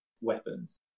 weapons